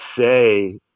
say